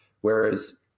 Whereas